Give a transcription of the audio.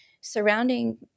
surrounding